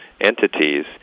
entities